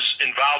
involved